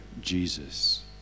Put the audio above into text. Jesus